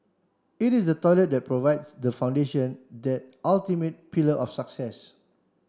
it is the toilet that provides the foundation that ultimate pillar of success